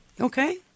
okay